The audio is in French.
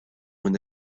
une